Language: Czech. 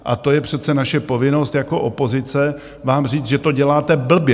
A to je přece naše povinnost jako opozice vám říci, že to děláte blbě.